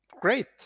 great